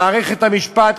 מערכת המשפט,